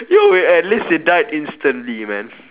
ya man at least it died instantly man